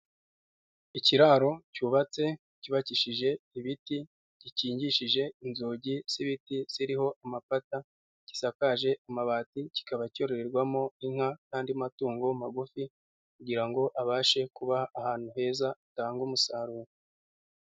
Ikiraro cyubatse cyubakishije ibiti gikingishije inzugi z'ibiti ziriho amapata gisakaje amabati kikaba cyororerwamo inka n'andi matungo magufi kugira ngo abashe kuba ahantu heza hatanga umusaruro.